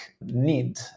need